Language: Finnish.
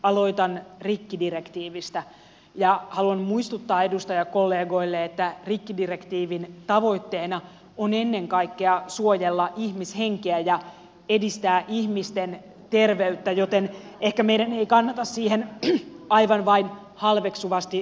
aloitan rikkidirektiivistä ja haluan muistuttaa edustajakollegoille että rikkidirektiivin tavoitteena on ennen kaikkea suojella ihmishenkiä ja edistää ihmisten terveyttä joten ehkä meidän ei kannata siihen vain halveksuvasti suhtautua